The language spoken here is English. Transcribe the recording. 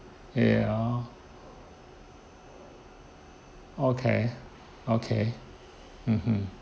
ya okay okay mmhmm